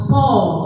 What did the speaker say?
Paul